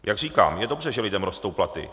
Jak říkám, je dobře, že lidem rostou platy.